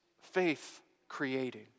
faith-creating